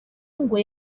ngo